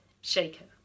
shaken